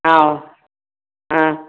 ஆ ஆ